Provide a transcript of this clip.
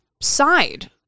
side